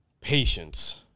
patience